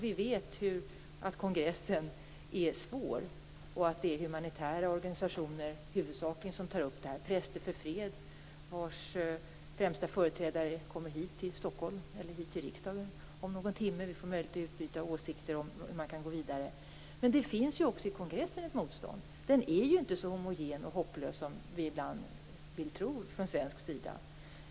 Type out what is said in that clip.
Vi vet att kongressen är svår att påverka, att det huvudsakligen är humanitära organisationer som tagit upp frågan, Präster för fred, vars främsta företrädare kommer till Stockholm och riksdagen om någon timme. Vi får möjlighet att utbyta åsikter om hur man kan gå vidare. Men det finns också i kongressen ett motstånd. Den är inte så homogen och hopplös som vi ibland vill tro från svensk sida.